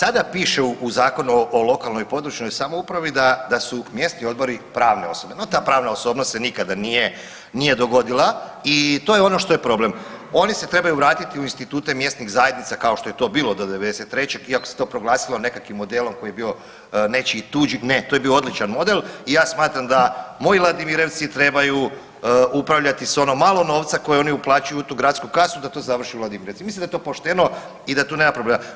Da i sada piše u Zakonu o lokalnoj i područnoj samoupravi da su mjesni odbori pravne osobe, no ta pravna osobnost se nikada nije dogodila i to je ono što je problem oni se trebaju vratiti u institute mjesnih zajednica kao što je to bilo do '93. iako se to proglasilo nekakvim modelom koji je bio nečiji tuđi, ne, to je bio odlučan model i ja smatram da moji Ladimirevci trebaju upravljati s ono malo novca koji oni uplaćuju u tu gradsku kasu da to završi u Ladimirevcima, mislim da je to pošteno i da tu nema problema.